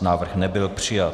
Návrh nebyl přijat.